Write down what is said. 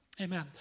Amen